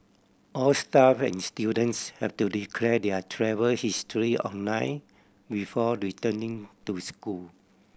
all staff and students have to declare their travel history online before returning to school